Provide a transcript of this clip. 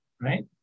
right